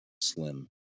slim